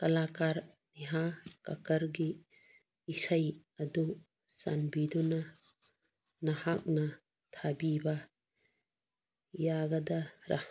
ꯀꯂꯀꯥꯔ ꯅꯦꯍꯥ ꯀꯛꯀꯥꯔꯒꯤ ꯏꯁꯩ ꯑꯗꯨ ꯆꯥꯟꯕꯤꯗꯨꯅ ꯅꯍꯥꯛꯅ ꯊꯥꯕꯤꯕ ꯌꯥꯒꯗ꯭ꯔꯥ